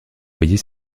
payer